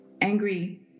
angry